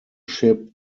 ship